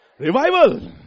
Revival